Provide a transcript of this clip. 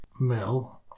mill